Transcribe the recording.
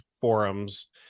forums